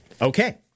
okay